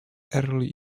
early